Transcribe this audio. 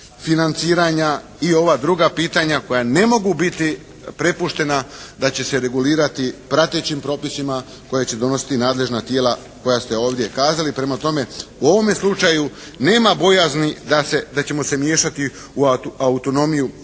i ova druga pitanja koja ne mogu biti prepuštena da će se regulirati pratećim propisima koja će donositi nadležna tijela koja ste ovdje kazali. Prema tome, u ovome slučaju nema bojazni da ćemo se miješati u autonomiju